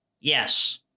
Yes